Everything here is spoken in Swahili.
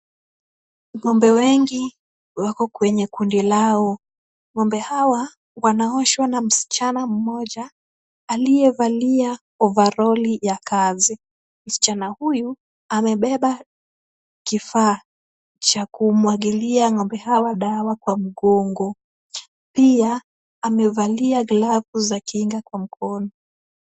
Ng'ombe wengi wako kwenye kundi lao. Ng'ombe hawa wanaoshwa na msichana mmoja, aliyevalia ovaroli ya kazi. Msichana huyu amebeba kifaa cha kumwagilia ng'ombe hawa dawa kwa mgongo. Pia, amevalia glavu za kinga kwa mkono.